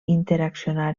interaccionar